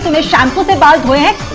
the shampoo. with but with